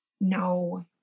No